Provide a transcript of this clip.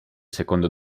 secondo